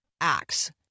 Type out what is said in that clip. acts